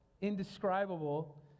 indescribable